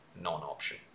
non-option